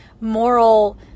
moral